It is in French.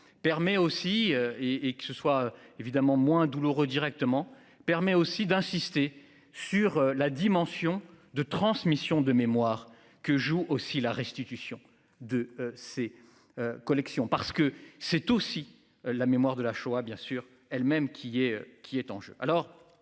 permet aussi et et que ce soit évidemment moins douloureux directement permet aussi d'insister sur la dimension de transmission de mémoire que joue aussi la restitution de ses. Collections, parce que c'est aussi la mémoire de la Shoah. Bien sûr elle même qui est, qui